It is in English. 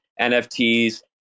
nfts